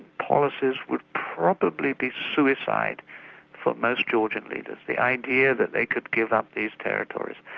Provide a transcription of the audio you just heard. policies would probably be suicide for most georgian leaders, the idea that they could give up these territories.